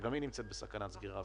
שגם היא נמצאת בסכנת סגירה.